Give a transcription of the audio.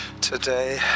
today